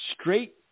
straight